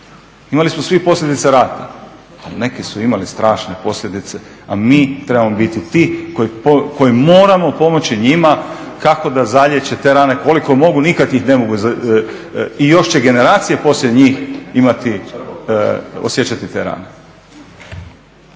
Imali smo svi posljedice rata ali neki su imali strašne posljedice a mi trebamo biti ti koji moramo pomoći njima kako da zaliječe te rane koliko mogu, nikada ih ne mogu i još će generacije poslije njih imati, osjećati te rane.